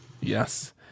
yes